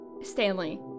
Stanley